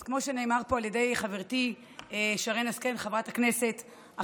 אז כמו שנאמר פה על ידי חברתי חברת הכנסת שרן השכל,